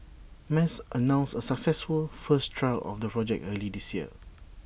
mas announced A successful first trial of the project early this year